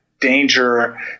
danger